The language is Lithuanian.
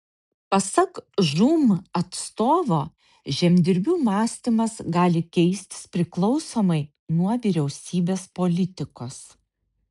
pasak žūm atstovo žemdirbių mąstymas gali keistis priklausomai nuo vyriausybės politikos